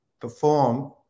perform